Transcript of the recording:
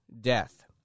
death